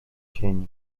sieni